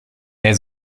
der